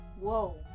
Whoa